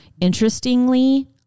Interestingly